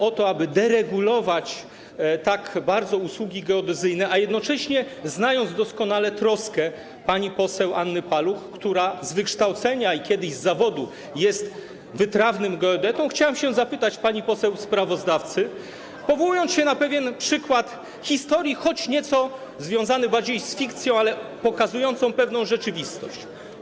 o to, aby deregulować tak bardzo usługi geodezyjne, a jednocześnie znając doskonale troskę pani poseł Anny Paluch, która z wykształcenia i kiedyś z zawodu jest wytrawnym geodetą, chciałbym zadać pytanie pani poseł sprawozdawcy, powołując się na pewien przykład historii, choć nieco związany bardziej z fikcją, ale pokazującą pewną rzeczywistość.